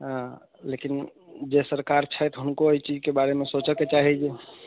लेकिन जे सरकार छथि हुनको एहि चीजके बारेमे सोचऽके चाही जे